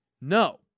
No